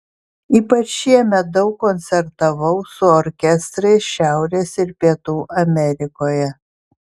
ypač šiemet daug koncertavau su orkestrais šiaurės ir pietų amerikoje